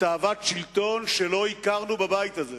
בתאוות שלטון שלא הכרנו בבית הזה.